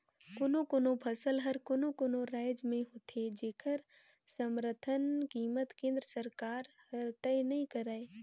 कोनो कोनो फसल हर कोनो कोनो रायज में होथे जेखर समरथन कीमत केंद्र सरकार हर तय नइ करय